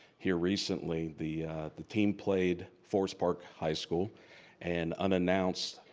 here recently, the the team played forest park high school and unannounced,